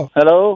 Hello